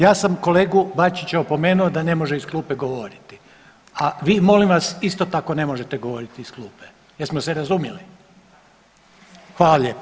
Ja sam kolegu Bačića opomenuo da ne može iz klupe govoriti, a vi molim vas isto tako ne možete govoriti iz klupe, jesmo se razumjeli? [[Upadica iz klupe: Da]] Hvala lijepo.